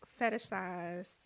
fetishize